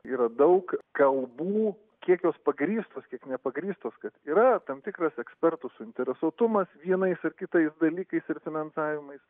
yra daug kalbų kiek jos pagrįstos kiek nepagrįstos kad yra tam tikras ekspertų suinteresuotumas vienais ar kitais dalykais ir finansavimais